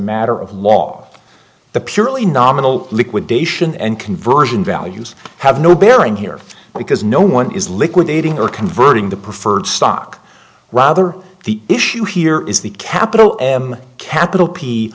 matter of law the purely nominal liquidation and conversion values have no bearing here because no one is liquidating or converting the preferred stock rather the issue here is the capital m capital p